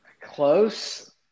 close